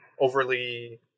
overly